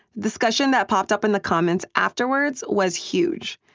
discussion that popped up in the comments afterwards was huge.